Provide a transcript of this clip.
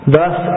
Thus